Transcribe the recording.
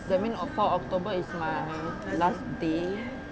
that mean oct~ four october is my last day